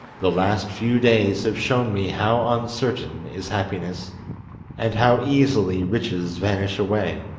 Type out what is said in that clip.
the last few days have shown me how uncertain is happiness and how easily riches vanish away.